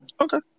Okay